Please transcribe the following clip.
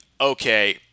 okay